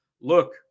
look